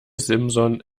simson